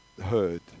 heard